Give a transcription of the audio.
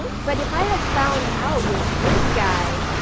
but but if i had found out, with this guy,